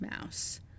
mouse